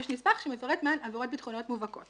יש נספח שמפרט מה הן עבירות ביטחוניות מובהקות